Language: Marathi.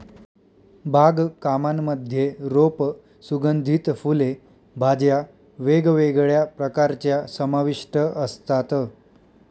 बाग कामांमध्ये रोप, सुगंधित फुले, भाज्या वेगवेगळ्या प्रकारच्या समाविष्ट असतात